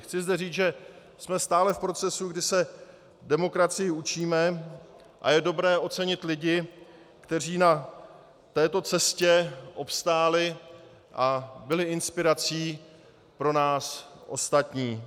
Chci zde říct, že jsme stále v procesu, kdy se demokracii učíme, a je dobré ocenit lidi, kteří na této cestě obstáli a byli inspirací pro nás ostatní.